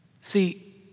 See